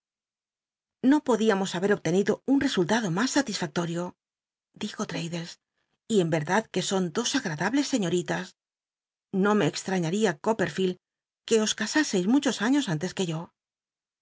no podíamos haber obtenido un rcsullado mas salisfaclodo dijo l'mddles y en verdad que son dos agradables seiiotitas no me exltaiíaria copperfield cruc os casaseis muchos aiíos ante juc yo